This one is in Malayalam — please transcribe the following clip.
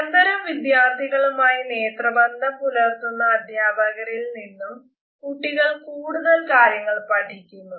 നിരന്തരം വിദ്യാർത്ഥികളുമായി നേത്രബന്ധം പുലർത്തുന്ന അധ്യാപകരിൽ നിന്നും കുട്ടികൾ കൂടുതൽ കാര്യങ്ങൾ പഠിക്കുന്നു